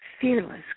fearless